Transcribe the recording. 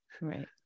Right